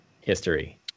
history